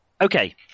Okay